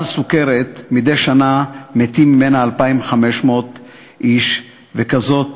הסוכרת, מדי שנה מתים ממנה 2,500 איש, וככזאת,